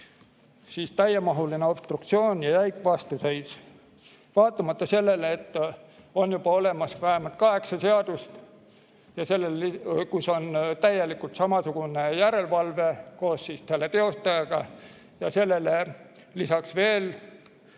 siis täiemahuline obstruktsioon ja jäik vastuseis, vaatamata sellele, et on juba olemas vähemalt kaheksa seadust, kus on täielikult samasugune järelevalve koos selle teostajaga, ja veel üheksa